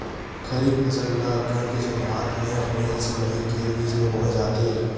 खरीफ फसल ला अघ्घन के शुरुआत में, अप्रेल से मई के बिच में बोए जाथे